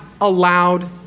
allowed